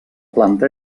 planta